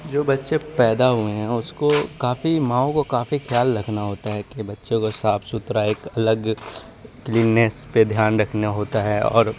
جو بچے پیدا ہوئے ہیں اس کو کافی ماؤں کو کافی خیال رکھنا ہوتا ہے کہ اپنے بچوں کو صاف ستھرا ایک الگ کلیننیس پہ دھیان رکھنا ہوتا ہے اور